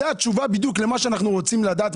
זו התשובה בדיוק למה שאנחנו רוצים לדעת;